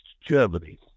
Germany